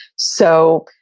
so,